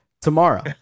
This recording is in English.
tomorrow